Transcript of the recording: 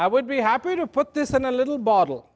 i would be happy to put this in a little bottle